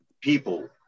people